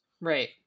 right